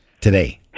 today